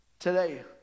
Today